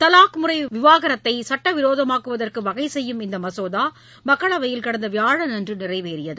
தலாக் முறை விவாகரத்தை சுட்ட விரோதமாக்குவதற்கு வகை செய்யும் இந்த மசோதா மக்களவையில் கடந்த வியாழன் அன்று நிறைவேறியது